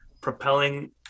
propelling